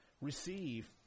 receive